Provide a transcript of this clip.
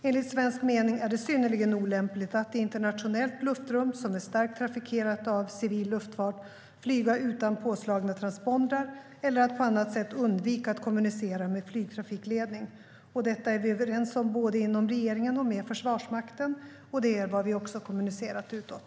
Enligt svensk mening är det synnerligen olämpligt att i internationellt luftrum som är starkt trafikerat av civil luftfart flyga utan påslagna transpondrar eller att på annat sätt undvika att kommunicera med flygtrafikledning. Detta är vi överens om både inom regeringen och med Försvarsmakten, och det är vad vi också har kommunicerat utåt.